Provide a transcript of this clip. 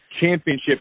championship